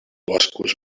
boscos